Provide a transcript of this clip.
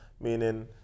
meaning